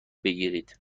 بگیرید